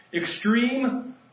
Extreme